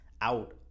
out